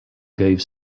gave